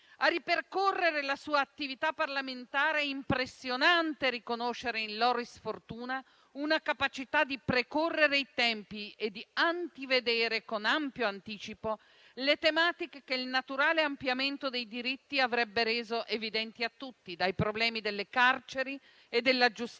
A ripercorrere la sua attività parlamentare, è impressionante riconoscere in Loris Fortuna una capacità di precorrere i tempi e di antivedere con ampio anticipo le tematiche che il naturale ampliamento dei diritti avrebbe reso evidenti a tutti: dai problemi delle carceri e della giustizia